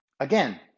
Again